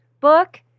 book